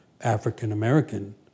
african-american